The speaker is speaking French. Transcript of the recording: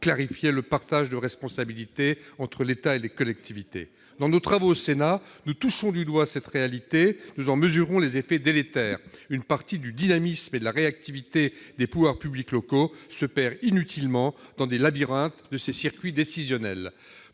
clarifié le partage de responsabilité entre l'État et les collectivités. Dans nos travaux au Sénat, nous touchons du doigt cette réalité et en mesurons les effets délétères. Une partie du dynamisme et de la réactivité des pouvoirs publics locaux se perd inutilement dans les labyrinthes des circuits décisionnels.